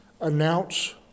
announce